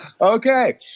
Okay